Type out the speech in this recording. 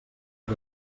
era